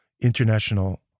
international